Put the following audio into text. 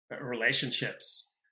relationships